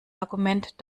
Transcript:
argument